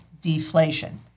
deflation